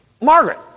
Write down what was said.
Margaret